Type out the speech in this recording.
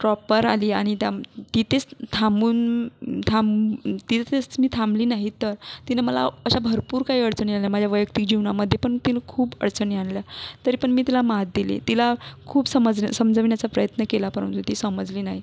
ट्रॉपर आली या आणि त्या तिथेच थांबून थांब तिथेच मी थांबली नाही तर तिनं मला अशा भरपूर काही अडचणी आणल्या माझ्या वैयक्तिक जीवनामध्ये पण तिनं खूप अडचणी आणल्या तरी पण मी तिला मात दिली तिला खूप समजलं समजविण्याचा प्रयत्न केला परंतु ती समजली नाही